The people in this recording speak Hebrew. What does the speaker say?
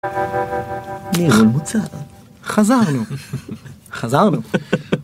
חזרנו חזרנו.